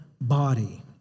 body